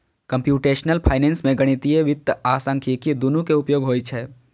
computational finance मे गणितीय वित्त आ सांख्यिकी, दुनू के उपयोग होइ छै